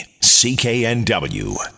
CKNW